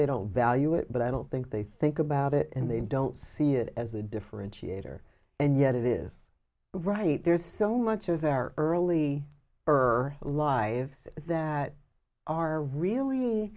they don't value it but i don't think they think about it and they don't see it as a differentiator and yet it is right there's so much of our early bird lives that are really